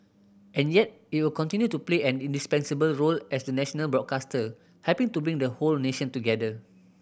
and yet it'll continue to play an indispensable role as the national broadcaster helping to bring the whole nation together